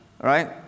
Right